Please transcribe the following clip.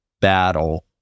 battle